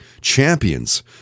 champions